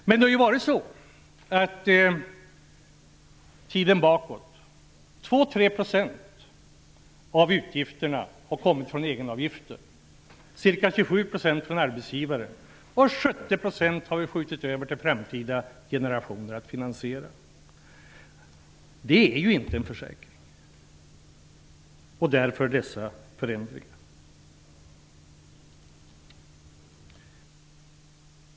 Men ser man bakåt i tiden har det ju varit så att 2-- 3 % har kommit från egenavgifter, ca 27 % från arbetsgivarna och 70 % har skjutits på framtiden för kommande generationer att finansiera. Det är inte en försäkring; därför görs dessa förändringar.